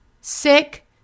sick